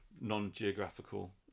non-geographical